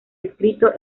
escrito